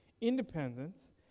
Independence